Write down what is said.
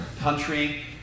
country